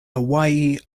hawaii